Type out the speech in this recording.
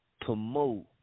promote